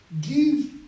give